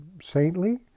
saintly